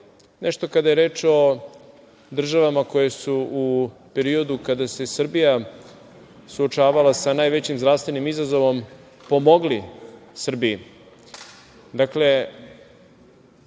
nešto kada je reč o državama koje su u periodu kada se Srbija suočavala sa najvećim zdravstvenim izazovom pomogli Srbiji.